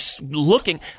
looking